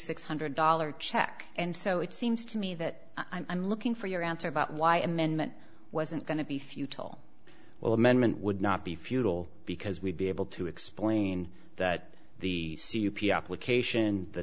six hundred dollars check and so it seems to me that i'm looking for your answer about why amendment wasn't going to be futile well amendment would not be futile because we'd be able to explain that the application the